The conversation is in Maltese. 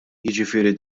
jiġifieri